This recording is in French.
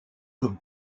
comme